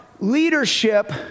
leadership